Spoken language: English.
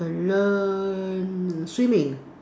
I learn swimming